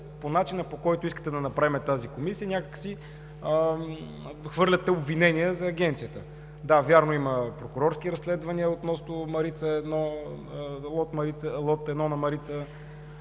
по начина, по който искате да направим тази Комисия, някак си хвърляте обвинения за Агенцията. Да, вярно, има прокурорски разследвания относно лот 1 на „Марица“,